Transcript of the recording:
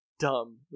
dumb